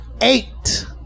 Eight